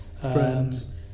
Friends